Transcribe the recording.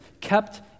kept